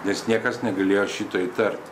nes niekas negalėjo šito įtarti